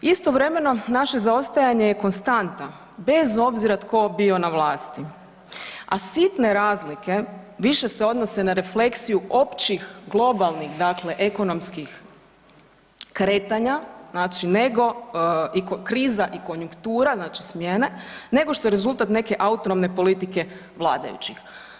Istovremeno, naše zaostajanje je konstanta, bez obzira tko bio na vlasti, a sitne razlike više se odnose na refleksiju općih globalnih dakle ekonomskih kretanja, znači nego kriza i konjunktura, znači smjene, nego što je rezultat neke autonomne politike vladajućih.